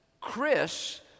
Chris